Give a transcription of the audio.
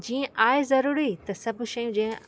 जीअं आहे ज़रूरी त सभु शयूं जीअं